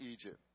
Egypt